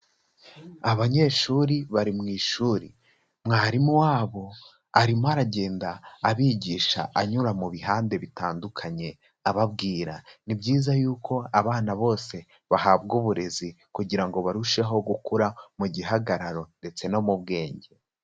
Abanyeshuri bari mu ishuri. Mwarimu wabo, arimo aragenda abigisha anyura mu bihande bitandukanye ababwira. Ni byiza yuko abana bose bahabwa uburezi kugira ngo barusheho gukura mu gihagararo ndetse no mu bwenge.